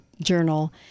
journal